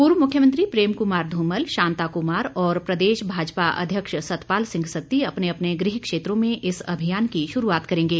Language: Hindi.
पूर्व मुख्यमंत्री प्रेम कुमार धूमल शांता कुमार और प्रदेश भाजपा अध्यक्ष सतपाल सिंह सत्ती अपने अपने गृह क्षेत्रों में इस अभियान की शुरूआत करेंगे